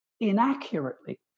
inaccurately